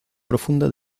profunda